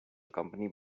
company